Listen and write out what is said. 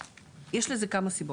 ויש לזה כמה סיבות.